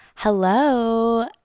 Hello